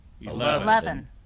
eleven